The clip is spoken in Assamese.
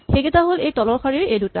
সেইকেইটা হ'ল এই তলৰ শাৰীৰ এই দুটা